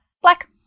black